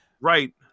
Right